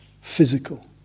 physical